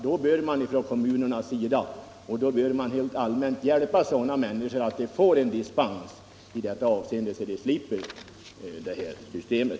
Då bör man från kommunernas sida och helt allmänt hjälpa sådana människor så att de får dispens i detta avseende och slipper det nuvarande systemet.